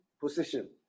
position